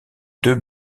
deux